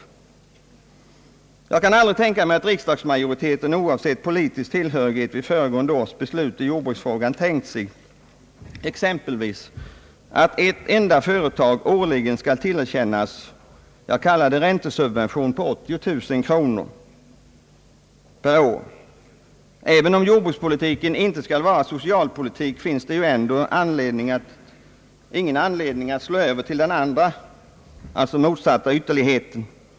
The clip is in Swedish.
Jag kan aldrig tänka mig att riksdagsmajoriteten, oavsett politisk tillhörighet, vid föregående års beslut i jordbruksfrågan tänkt sig att exempelvis ett enda företag årligen skulle tillerkännas räntesubvention på 80 000 kronor per år. Även om jordbrukspolitiken inte skall vara socialpolitik, finns det ju ändå ingen anledning att slå över på motsatta ytterligheter.